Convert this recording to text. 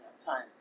time